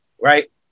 right